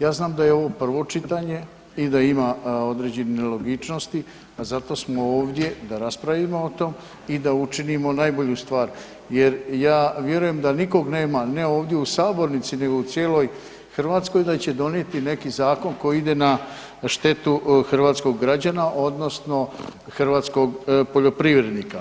Ja znam da je ovo prvo čitanje i da ima određenih nelogičnosti, pa zato smo ovdje da raspravimo o tom i da učinimo najbolju stvar jer ja vjerujem da nikog nema ne ovdje u sabornici nego u cijeloj Hrvatskoj da će donijeti neki zakon koji ide na štetu hrvatskog građana odnosno hrvatskog poljoprivrednika